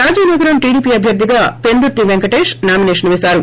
Rajanagaram TDP అభ్యర్థిగా Pendurthi Venkatesh nomination పేశారు